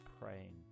praying